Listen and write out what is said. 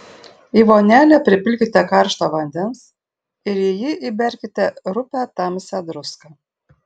į vonelę pripilkite karšto vandens ir į jį įberkite rupią tamsią druską